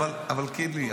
אבל קינלי,